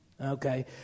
okay